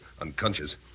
unconscious